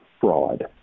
fraud